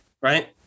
right